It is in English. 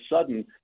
sudden